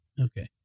Okay